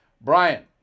Brian